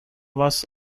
was